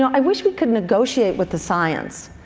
i wish we could negotiate with the science,